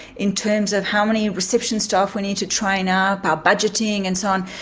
in terms of how many reception staff we need to train up, our budgeting and so on,